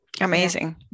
amazing